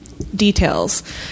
Details